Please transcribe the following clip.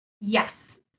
Yes